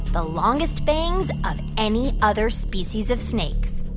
the longest fangs of any other species of snakes?